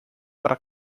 para